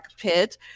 pit